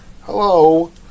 hello